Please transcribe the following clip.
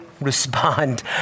respond